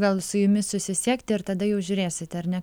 gal su jumis susisiekti ir tada jau žiūrėsite ar ne